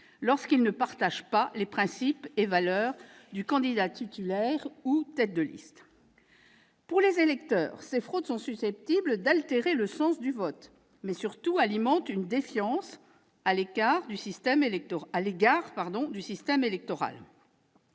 lorsqu'ils ne partagent pas les principes et valeurs du candidat titulaire ou tête de liste. Pour les électeurs, ces fraudes sont susceptibles d'altérer le sens du vote, mais, surtout, alimentent une défiance à l'égard du système électoral.